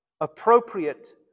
appropriate